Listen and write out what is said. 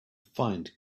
find